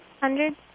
Hundreds